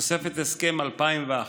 תוספת הסכם 2001,